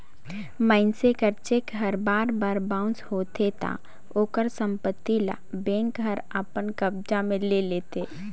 मइनसे कर चेक हर बार बार बाउंस होथे ता ओकर संपत्ति ल बेंक हर अपन कब्जा में ले लेथे